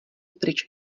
pryč